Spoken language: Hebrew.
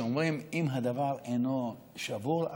שאומרים: אם הדבר אינו שבור,